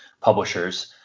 publishers